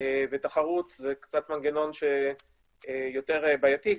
ותחרות זה קצת מנגנון שיותר בעייתי.